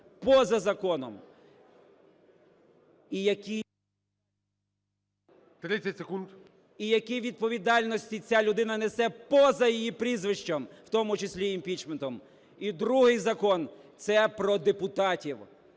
…і які відповідальності ця людина несе поза її прізвищем, в тому числі імпічментом. І другий закон, це про депутатів,